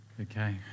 Okay